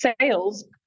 sales